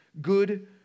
good